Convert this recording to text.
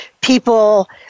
people